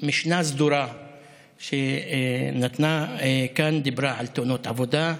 המשנה הסדורה שנתנה, היא דיברה על תאונות עבודה,